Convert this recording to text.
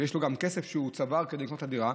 ויש לו גם כסף שהוא צבר כדי לקנות את הדירה,